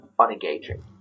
unengaging